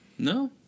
No